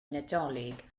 nadolig